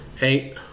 Eight